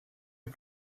est